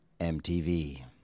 MTV